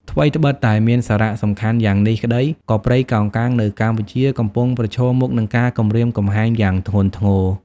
ថ្វីត្បិតតែមានសារៈសំខាន់យ៉ាងនេះក្តី ក៏ព្រៃកោងកាងនៅកម្ពុជាកំពុងប្រឈមមុខនឹងការគំរាមកំហែងយ៉ាងធ្ងន់ធ្ងរ។